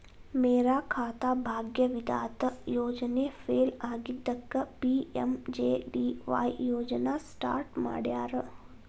ಮೇರಾ ಖಾತಾ ಭಾಗ್ಯ ವಿಧಾತ ಯೋಜನೆ ಫೇಲ್ ಆಗಿದ್ದಕ್ಕ ಪಿ.ಎಂ.ಜೆ.ಡಿ.ವಾಯ್ ಯೋಜನಾ ಸ್ಟಾರ್ಟ್ ಮಾಡ್ಯಾರ